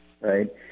right